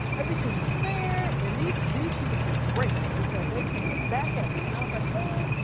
everything is fair. and these these students were great, because they came back at me. when i was like, oh,